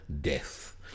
Death